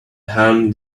harm